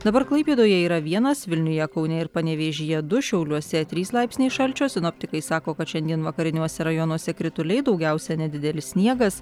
dabar klaipėdoje yra vienas vilniuje kaune ir panevėžyje du šiauliuose trys laipsniai šalčio sinoptikai sako kad šiandien vakariniuose rajonuose krituliai daugiausia nedidelis sniegas